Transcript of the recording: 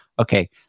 okay